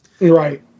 Right